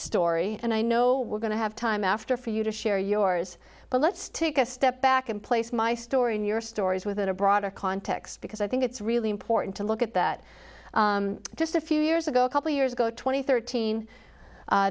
story and i know we're going to have time after for you to share yours but let's take a step back and place my story and your stories within a broader context because i think it's really important to look at that just a few years ago a couple years ago tw